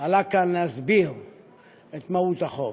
עלה לכאן להסביר את מהות החוק.